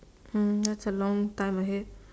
um that's a long time ahead